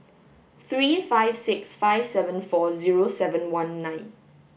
three five six five seven four zero seven one nine